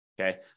Okay